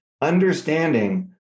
Understanding